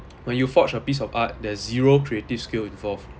when you forge a piece of art there's zero creative skill involved